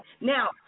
Now